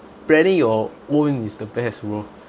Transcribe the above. planning your own is the best bro